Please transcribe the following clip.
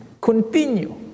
continue